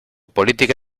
política